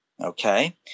okay